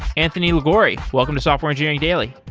anthony liguori, welcome to software engineering daily.